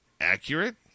accurate